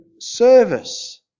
service